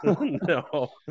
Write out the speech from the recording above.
no